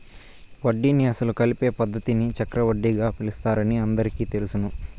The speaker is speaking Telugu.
వడ్డీని అసలు కలిపే పద్ధతిని చక్రవడ్డీగా పిలుస్తారని అందరికీ తెలుసును